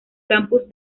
campus